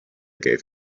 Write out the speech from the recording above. gave